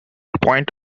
point